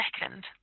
second